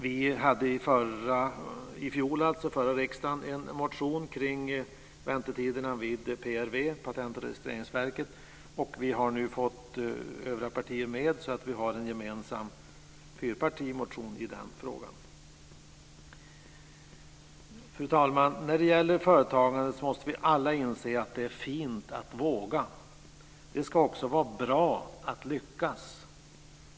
Vi hade i fjol, i förra riksdagen, en motion kring väntetiderna vid Patent och registreringsverket. Vi har nu fått med övriga partier så att vi har en gemensam fyrpartimotion i den frågan. Fru talman! När det gäller företagande måste vi alla inse att det är fint att våga. Det ska också vara bra att lyckas.